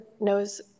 knows